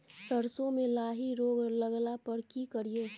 सरसो मे लाही रोग लगला पर की करिये?